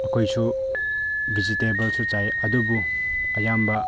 ꯑꯩꯈꯣꯏꯁꯨ ꯕꯦꯖꯤꯇꯥꯕꯜꯁꯨ ꯆꯥꯏ ꯑꯗꯨꯕꯨ ꯑꯌꯥꯝꯕ